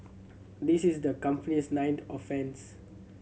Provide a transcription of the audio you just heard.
this is the company's ninth offence